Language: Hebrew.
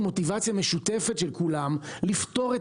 מוטיבציה משותפת של כולם לפתור את